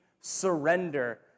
surrender